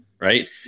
right